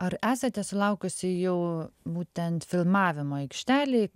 ar esate sulaukusi jau būtent filmavimo aikštelėj